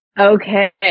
Okay